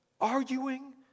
arguing